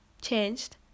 changed